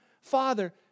father